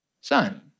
son